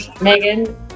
Megan